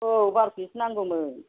औ बार' केजि सो नांगौमोन